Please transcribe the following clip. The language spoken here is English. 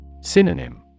Synonym